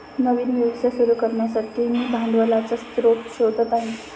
नवीन व्यवसाय सुरू करण्यासाठी मी भांडवलाचा स्रोत शोधत आहे